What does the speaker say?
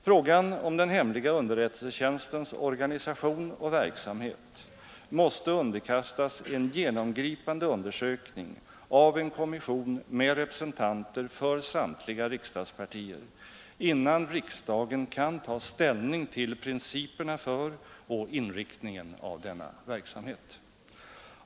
Frågan om den hemliga underrättelsetjänstens organisation och verksamhet måste underkastas en genomgripande undersökning av en kommission med representanter för samtliga riksdagspartier innan riksdagen kan ta ställning till principerna för och inriktningen av denna verksamhet.